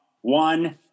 one